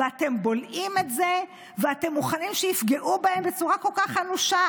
ואתם בולעים את זה ואתם מוכנים שיפגעו בהן בצורה כל כך אנושה?